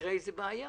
תקרה איזו בעיה